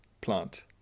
plant